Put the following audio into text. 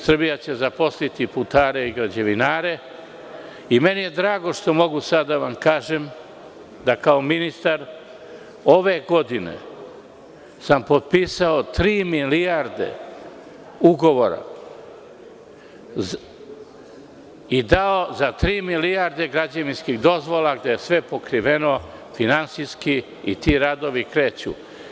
Srbija će zaposliti putare i građevinare i meni je drago što mogu sada da vam kažem da kao ministar ove godine sam potpisao tri milijarde ugovora i dao za tri milijarde građevinskih dozvola gde je sve pokriveno finansijski i ti radovi kreću.